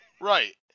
Right